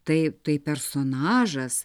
tai tai personažas